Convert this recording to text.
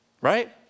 right